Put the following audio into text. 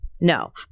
no